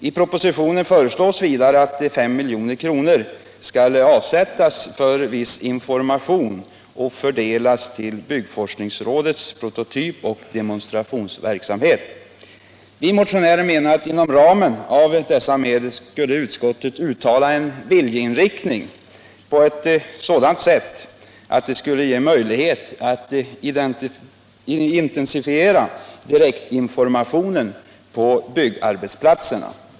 I propositionen föreslås vidare att 5 milj.kr. skall avsättas för viss information och fördelas till byggforskningsrådets prototypoch demonstrationsverksamhet. Vi motionärer menar att inom ramen av dessa medel borde utskottet uttala en viljeinriktning på ett sådant sätt att det skulle ge möjlighet att intensifiera direktinformationen på byggarbetsplatserna.